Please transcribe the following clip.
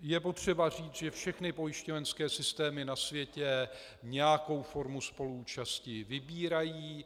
Je potřeba říci, že všechny pojišťovací systémy na světě nějakou formu spoluúčasti vybírají.